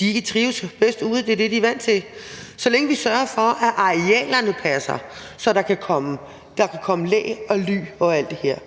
de trives bedst ude; det er det, de er vant til. Så længe vi sørger for, at arealerne passer, så der kan komme læ og ly og alt det her,